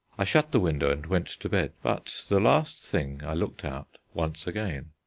i shut the window and went to bed. but, the last thing, i looked out once again.